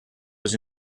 was